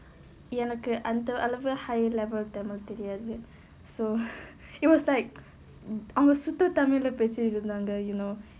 எனக்கு அந்த அளவு:enakku antha alavu high level tamil தெரியாது:theriyaathu so it was like அவங்க சுத்த::avanga sutha tamil leh பேசி இருந்தாங்க:pesi irunthaanga you know